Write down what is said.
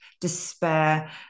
despair